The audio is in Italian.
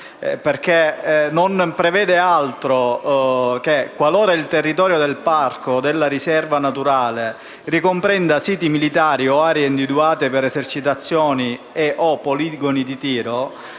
non prevede altro che, qualora il territorio del parco o della riserva naturale ricomprenda siti militari, aree individuate per esercitazioni e/o poligoni di tiro,